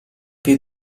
più